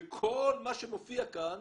וכל מה שמופיע כאן